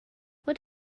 what